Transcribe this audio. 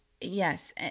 Yes